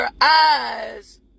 eyes